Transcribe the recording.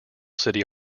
city